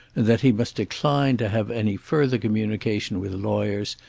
that he must decline to have any further communication with lawyers,